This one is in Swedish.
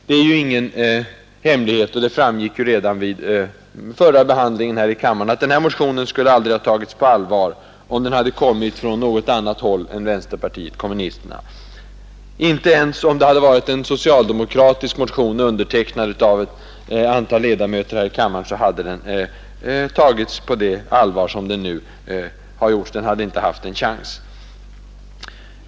Det är ju inte okänt — det framgick redan vid förra behandlingen här i kammaren — att den nu aktuella motionen aldrig skulle ha tagits på allvar, om den hade kommit från något annat håll än från vänsterpartiet kommunisterna. Inte ens om den hade varit en socialdemokratisk motion, undertecknad av ett antal ledamöter av den här kammaren, hade den haft en chans.